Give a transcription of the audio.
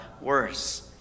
worse